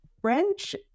french